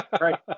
right